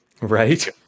Right